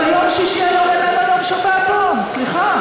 אבל יום שישי היום איננו יום שבתון, סליחה.